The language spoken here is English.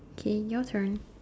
okay your turn